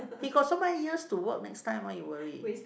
he got so many years to work next time why you worry